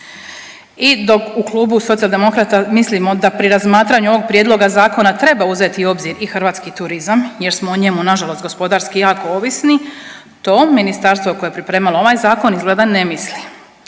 I dok u Klubu socijaldemokrata mislimo da pri razmatranju ovog prijedloga zakona treba uzeti u obzir i hrvatski turizam jer smo o njemu, nažalost gospodarski jako ovisni, to ministarstvo koje je pripremalo ovaj Zakon izgleda ne misli.